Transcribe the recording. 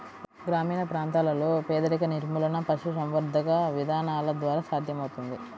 గ్రామీణ ప్రాంతాలలో పేదరిక నిర్మూలన పశుసంవర్ధక విధానాల ద్వారా సాధ్యమవుతుంది